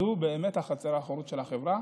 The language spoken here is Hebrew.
זו באמת החצר האחורית של החברה,